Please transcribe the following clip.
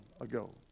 ago